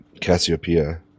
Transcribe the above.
Cassiopeia